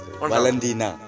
Valentina